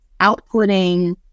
outputting